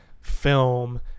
film